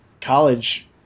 college